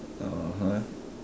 (uh huh)